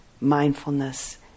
mindfulness